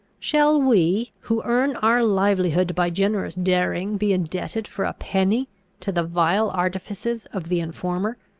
shall we, who earn our livelihood by generous daring, be indebted for a penny to the vile artifices of the informer?